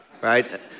right